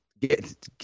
get